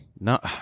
No